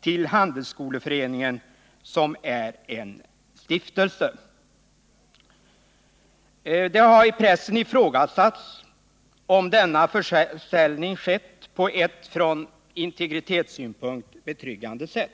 till Handelsskoleföreningen, som är en stiftelse. Det har i pressen ifrågasatts om denna försäljning skett på ett ur integritetssynpunkt betryggande sätt.